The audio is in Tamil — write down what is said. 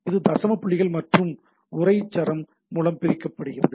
இது தசம புள்ளிகள் மற்றும் உரை சரம் மூலம் பிரிக்கப்படுகிறது